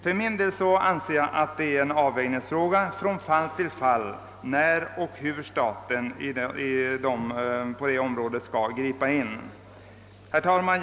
För min del anser jag att detta är en avvägningsfråga och att det skall bedömas från fall till fall när och hur staten skall gripa in på detta område. Herr talman!